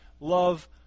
love